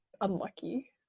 unlucky